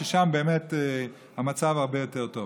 ששם באמת המצב הרבה יותר טוב.